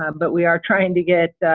um but we are trying to get